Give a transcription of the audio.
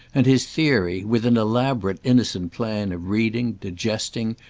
and his theory with an elaborate innocent plan of reading, digesting,